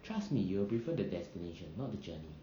trust me you will prefer the destination not the journey